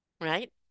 right